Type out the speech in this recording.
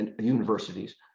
universities